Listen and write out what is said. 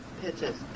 pitches